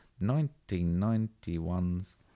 1991's